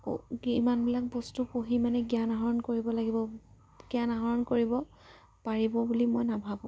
উ ইমানবিলাক বস্তু পঢ়ি মানে জ্ঞান আহৰণ কৰিব লাগিব জ্ঞান আহৰণ কৰিব পাৰিব বুলি মই নাভাবোঁ